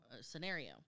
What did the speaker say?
scenario